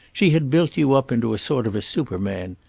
she had built you up into a sort of superman.